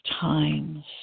times